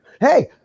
Hey